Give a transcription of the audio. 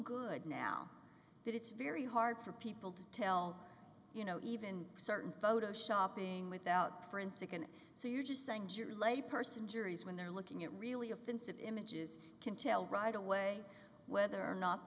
good now that it's very hard for people to tell you know even certain photoshopping without forensic and so you're just saying jury lay person juries when they're looking at really offensive images can tell right away whether or not